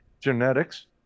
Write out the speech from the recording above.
Genetics